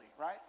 right